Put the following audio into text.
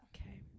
Okay